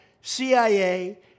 CIA